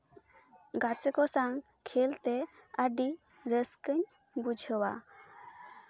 ᱜᱟᱛᱮ ᱠᱚ ᱥᱟᱶ ᱠᱷᱮᱞᱛᱮ ᱟᱹᱰᱤ ᱨᱟᱹᱥᱠᱟᱹᱧ ᱵᱩᱡᱷᱟᱹᱣᱟ